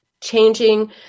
Changing